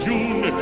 June